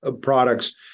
products